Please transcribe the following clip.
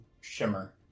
shimmer